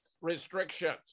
restrictions